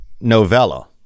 novella